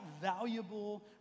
valuable